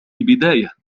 البداية